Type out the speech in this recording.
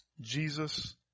Jesus